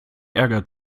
ärger